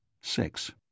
Six